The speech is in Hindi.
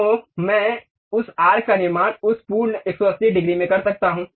तो मैं उस आर्क का निर्माण उस पूर्ण 180 डिग्री में कर सकता हूं